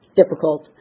difficult